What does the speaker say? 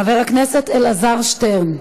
חבר הכנסת אלעזר שטרן,